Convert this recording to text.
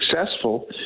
successful